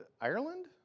Ireland